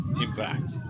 impact